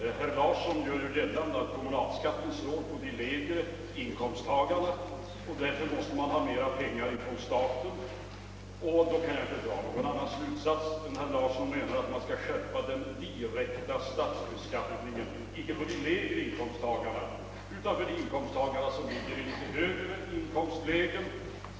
Herr Larsson gör ju gällande att kommunalskatten slår på de lägre inkomsttagarna och att man därför måste ta in mera pengar till staten. Då kan jag inte dra någon annan slutsats än att herr Larsson menar att man skall skärpa den direkta statsbeskattningen icke för de lägre inkomsttagarna utan för le inkomsttagare som ligger i litet hög re inkomstlägen.